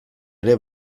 ere